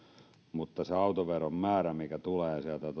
mutta se autoveron määrä mikä tulee